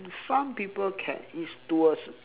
some people can is to a